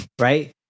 right